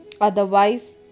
Otherwise